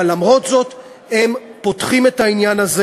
אבל למרות זאת הם פותחים את העניין הזה